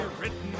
written